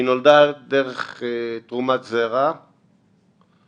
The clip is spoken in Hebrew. שהיא נולדה בתרומת זרע מבחור,